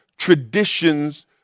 traditions